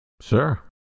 Sure